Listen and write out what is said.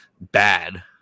bad